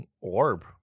orb